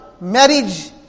marriage